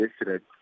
yesterday